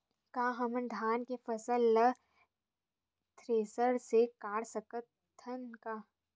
का हमन धान के फसल ला थ्रेसर से काट सकथन का?